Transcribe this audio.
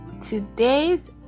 today's